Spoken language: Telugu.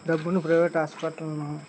డబ్బును ప్రైవేట్ హాస్పిటల్లో